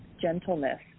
gentleness